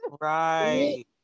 right